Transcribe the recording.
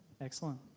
Excellent